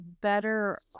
better